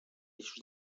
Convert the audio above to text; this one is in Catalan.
eixos